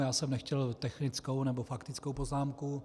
Já jsem nechtěl technickou nebo faktickou poznámku.